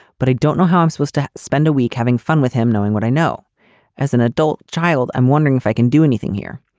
but i don't know. hommes was to spend a week having fun with him, knowing what i know as an adult child and wondering if i can do anything here.